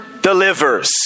delivers